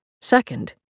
Second